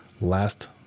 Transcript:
last